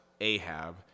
Ahab